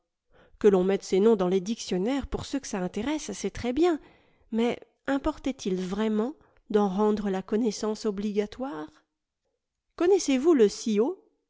que ron mette ces noms dans les dictionnaires pour ceux que ça intéresse c'est très bien mais importait il vraiment d'en rendre la connaissance obligatoire connaissez-vous le